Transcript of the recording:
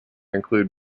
include